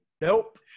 Nope